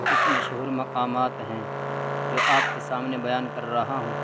کچھ مشہور مقامات ہیں جو آپ کے سامنے بیان کر رہا ہوں